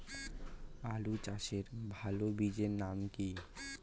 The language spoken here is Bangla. আলু চাষের ভালো বীজের নাম কি?